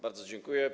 Bardzo dziękuję.